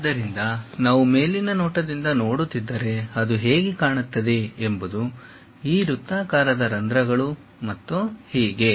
ಆದ್ದರಿಂದ ನಾವು ಮೇಲಿನ ನೋಟದಿಂದ ನೋಡುತ್ತಿದ್ದರೆ ಅದು ಹೇಗೆ ಕಾಣುತ್ತದೆ ಎಂಬುದು ಈ ವೃತ್ತಾಕಾರದ ರಂಧ್ರಗಳು ಮತ್ತು ಹೀಗೆ